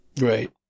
Right